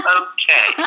okay